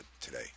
today